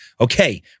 okay